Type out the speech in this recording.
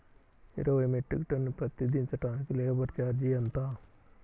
ఇరవై metric ton పత్తి దించటానికి లేబర్ ఛార్జీ ఎంత?